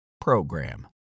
PROGRAM